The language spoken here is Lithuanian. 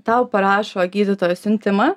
tau parašo gydytoja siuntimą